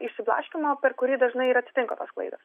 išsiblaškymo per kurį dažnai ir atsitinka tos klaidos